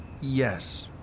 Yes